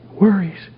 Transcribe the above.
worries